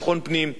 אבל בפועל,